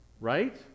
Right